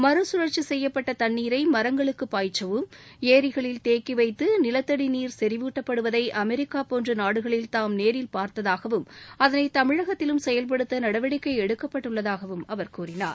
மறுசுழற்சிசெய்யப்பட்டதண்ணீரைமரங்களுக்குபாய்ச்சவும் ஏரிகளில் தேக்கிவைத்துநிலத்தடிநீர் செறிவூட்டப்படுவதைஅமெரிக்காபோன்றநாடுகளில் தாம் நேரில் பார்த்ததாகவும் அதனைதமிழகத்திலும் செயல்படுத்தநடவடிக்கைஎடுக்கப்பட்டுள்ளதாகஅவர் கூறினார்